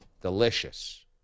Delicious